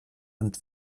und